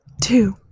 two